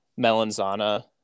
Melanzana